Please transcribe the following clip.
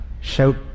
shout